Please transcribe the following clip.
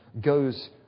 goes